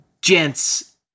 gents